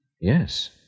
Yes